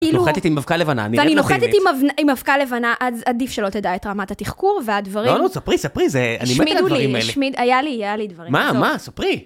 נוחתת עם אבקה לבנה. ואני נוחתת עם אבקה לבנה, עדיף שלא תדע את רמת התחקור והדברים. לא, לא, ספרי, ספרי, זה... אני מת על הדברים האלה. השמידו לי, השמיד, היה לי, היה לי דברים. מה, מה, ספרי.